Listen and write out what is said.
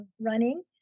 running